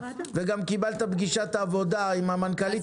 וגם תהיה לך פגישת עבודה עם המנכ"לית,